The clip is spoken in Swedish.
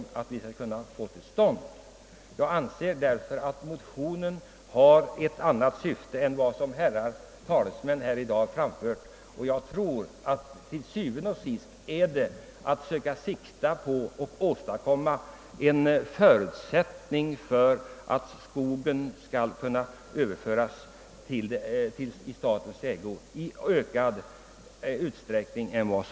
Jag är förvissad om att motionerna har ett annat syfte än vad förespråkarna för dem i dag har framfört. Til syvende og sidst är det nog ett försök att åstadkomma en förutsättning för att skogen i ökad utsträckning skall kunna överföras i statens ägo.